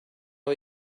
are